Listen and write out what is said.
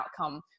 outcome